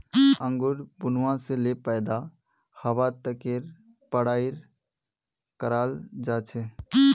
अंगूर बुनवा से ले पैदा हवा तकेर पढ़ाई कराल जा छे